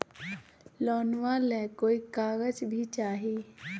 लोनमा ले कोई कागज भी चाही?